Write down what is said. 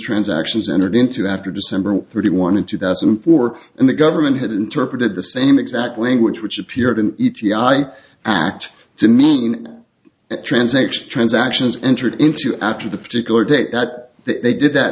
transactions entered into after december thirty one in two thousand and four and the government had interpreted the same exact language which appeared in the e t i act to mean transaction transactions entered into after the particular date that they did that